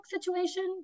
situation